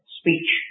speech